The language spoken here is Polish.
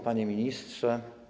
Panie Ministrze!